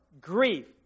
grief